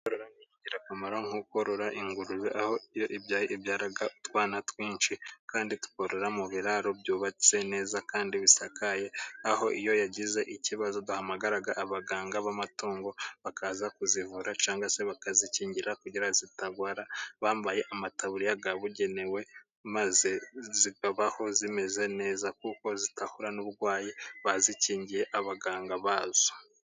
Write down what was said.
Korora ni ingirakamaro ,nko korora ingurube aho iyo ibyaye, ibyara utwana twinshi kandi tukorora mu biraro byubatse neza ,kandi bisakaye ,aho iyo yagize ikibazo duhamagara abaganga b'amatungo, bakaza kuzivura cyangwa se bakazikingira kugira zitarwara ,bambaye amataburiya yabugenewe maze zikabaho zimeze neza, kuko zitahura n'uburwayi bazikingiye abaganga bazo.